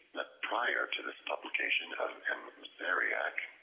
that prior to this publication of m. mezeriac,